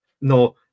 No